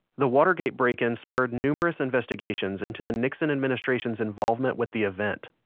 the watergate break-in spurred numerous investigations into the nixon administration's involvement with the event.